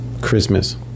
Christmas